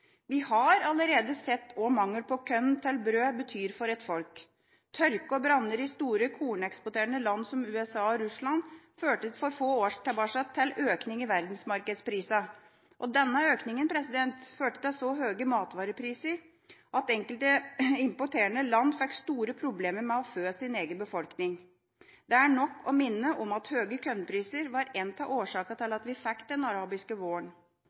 Vi har allerede sett hva mangel på korn til brød betyr for et folk. Tørke og branner i store korneksporterende land som USA og Russland førte for få år tilbake til økning i verdensmarkedsprisene. Denne økningen førte til så høye matvarepriser at enkelte importerende land fikk store problemer med å fø sin egen befolkning. Det er nok å minne om at høye kornpriser var en av årsakene til at vi fikk den arabiske våren.